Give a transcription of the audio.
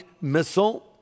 missile